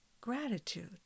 gratitude